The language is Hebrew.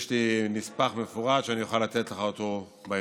יש לי נספח מפורט שאני אוכל לתת לך אותו בהמשך,